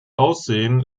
aussehen